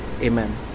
Amen